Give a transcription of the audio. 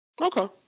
Okay